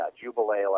Jubilee